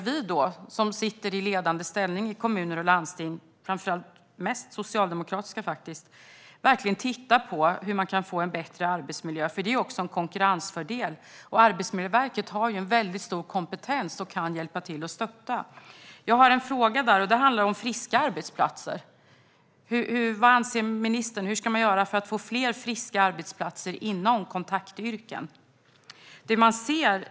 Vi som sitter i ledande ställning i kommuner och landsting - mest socialdemokrater, faktiskt - behöver titta på hur man kan få en bättre arbetsmiljö. Det är också en konkurrensfördel. Arbetsmiljöverket har en väldigt stor kompetens och kan hjälpa till och stötta. Jag har en fråga som handlar om friska arbetsplatser. Vad anser ministern att man ska göra för att få fler friska arbetsplatser inom kontaktyrken?